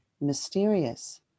mysterious